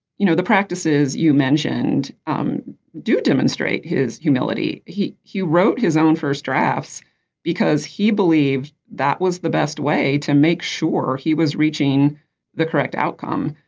you know the practices you mentioned um do demonstrate his humility. he he wrote his own first drafts because he believed that was the best way to make sure he was reaching the correct outcome.